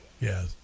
yes